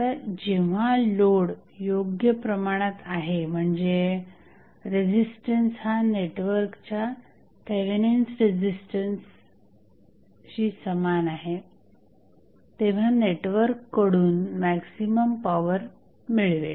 आता जेव्हा लोड योग्य प्रमाणात आहे म्हणजे रेझिस्टन्स हा नेटवर्कच्या थेवेनिन्स रेझिस्टन्स समान आहे तेव्हा नेटवर्क कडून मॅक्झिमम पॉवर मिळवेल